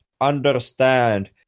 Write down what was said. understand